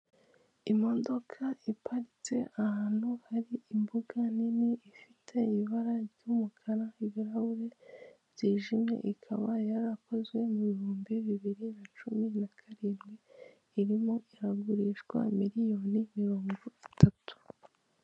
Imodoka iparitse ahantu hari imbuga nini ifite ibara ry'umukara, ibirahure byijimye, ikaba yarakozwe mu bihumbi bibiri na cumi na karindwi irimo iragurishwa miriyoni mirongo itatu.